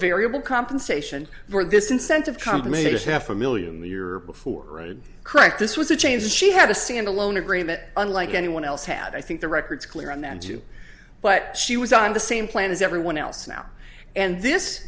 variable compensation for this incentive comp maybe it's half a million the year before correct this was a change she had a stand alone agreement unlike anyone else had i think the records clear on that too but she was on the same plan as everyone else now and this